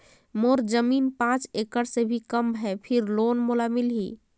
मोर जमीन पांच एकड़ से भी कम है फिर लोन मोला मिलही?